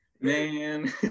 Man